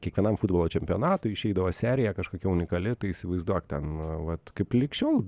kiekvienam futbolo čempionatui išeidavo serija kažkokia unikali tai įsivaizduok ten vat kaip lig šiol